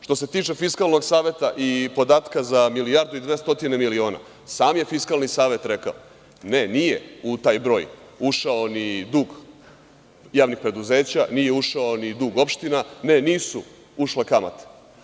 Što se tiče Fiskalnog saveta i podatka za milijardu i 200 miliona, sam je Fiskalni savet rekao – ne, nije u taj broj ušao ni dug javnih preduzeća, nije ušao ni dug opština, ne, nisu ušle kamate.